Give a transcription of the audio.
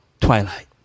Twilight